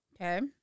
Okay